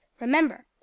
Remember